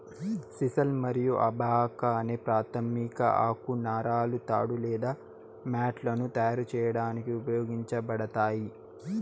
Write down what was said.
sisal మరియు abaca అనే ప్రాధమిక ఆకు నారలు తాడు లేదా మ్యాట్లను తయారు చేయడానికి ఉపయోగించబడతాయి